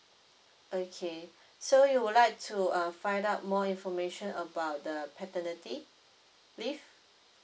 okay so you would like to uh find out more information about the paternity leave